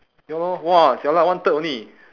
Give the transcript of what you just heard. ya lor !wah! jialat one third only